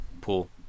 pool